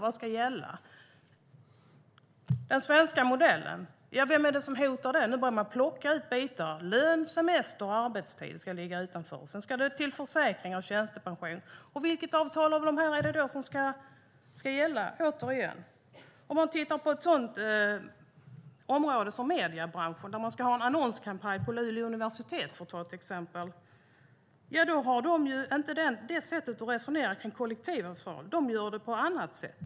Vad är det som ska gälla? Vem är det som hotar den svenska modellen? Lön, semester och arbetstid ska ligga utanför. Sedan ska det till försäkringar och tjänstepension. Återigen: Vilket avtal är det som ska gälla? Om Luleå universitet ska ha en annonskampanj, så resonerar man inte kring kollektivavtal, utan man löser det på annat sätt.